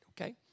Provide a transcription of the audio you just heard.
okay